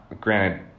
Granted